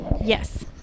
yes